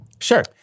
Sure